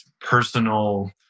personal